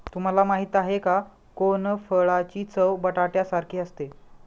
तुम्हाला माहिती आहे का? कोनफळाची चव बटाट्यासारखी असते